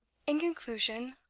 in conclusion,